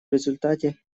результате